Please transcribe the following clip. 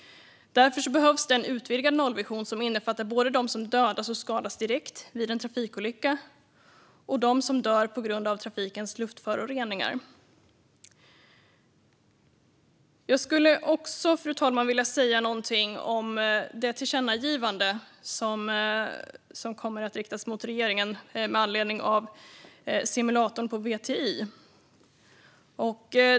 Därför behövs en utvidgad nollvision som innefattar såväl dem som skadas och dödas direkt vid en trafikolycka som dem som dör på grund av trafikens luftföroreningar. Fru talman! Jag ska också säga något om tillkännagivandet till regeringen med anledning av simulatorn på VTI.